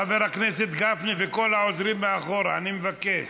חבר הכנסת גפני וכל העוזרים מאחור, אני מבקש.